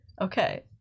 okay